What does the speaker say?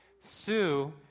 Sue